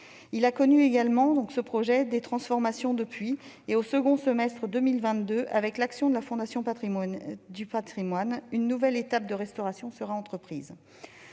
du projet, lequel a connu des transformations. Ainsi, au second semestre de 2022, avec l'action de la Fondation du patrimoine, une nouvelle étape de restauration sera entreprise.